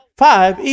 five